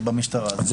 במשטרה.